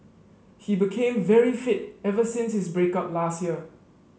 he became very fit ever since his break up last year